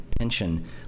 pension